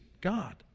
God